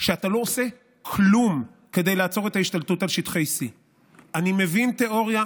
אתה לא עושה כלום כדי לעצור את ההשתלטות על שטחי C. אני מבין תיאוריה.